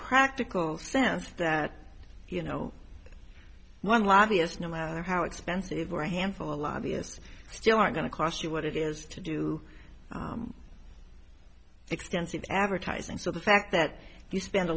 practical sense that you know one lobbyist no matter how expensive or a handful a lobbyist still are going to cost you what it is to do extensive advertising so the fact that you spend a